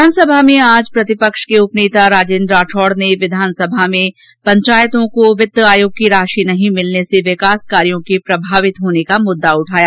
विधानसभा में आज प्रतिपक्ष के उपनेता राजेन्द्र राठौड ने आज विधानसभा में पंचायतों को वित्त आयोग की राशि नहीं मिलने से विकास कार्यों के प्रभावित होने का मुददा उठाया